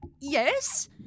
yes